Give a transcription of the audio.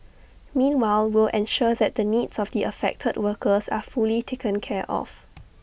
meanwhile will ensure that the needs of the affected workers are fully taken care of